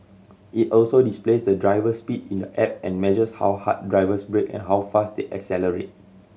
it also displays the driver's speed in the app and measures how hard drivers brake and how fast they accelerate